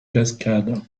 cascades